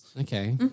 Okay